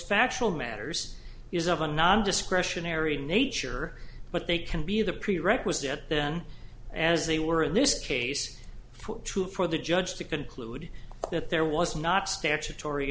factual matters is of a non discretionary nature but they can be the prerequisite then as they were in this case true for the judge to conclude that there was not statutory